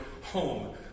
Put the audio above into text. home